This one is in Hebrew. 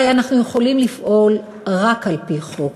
הרי אנחנו יכולים לפעול רק על-פי חוק.